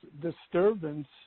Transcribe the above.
disturbance